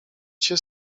cię